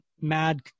mad